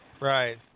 Right